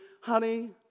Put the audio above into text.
honey